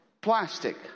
plastic